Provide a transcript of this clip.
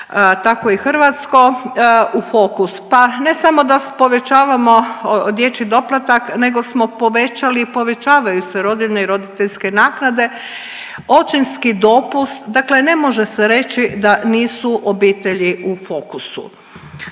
tako i hrvatsko u fokus. Pa ne samo da povećavamo dječji doplatak nego smo povećali i povećavaju se rodiljne i roditeljske naknade, očinski dopust, dakle ne može se reći da nisu obitelji u fokusu.